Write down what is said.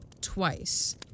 twice